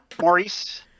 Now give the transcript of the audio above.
Maurice